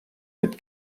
mit